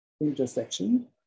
intersection